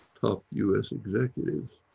top us executives,